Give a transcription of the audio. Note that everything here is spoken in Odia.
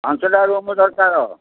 ପାଞ୍ଚଟାରୁ ରୁମ୍ ଦରକାର